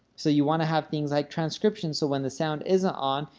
so you want to have things like transcription, so when the sound isn't on,